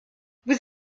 vous